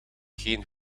geen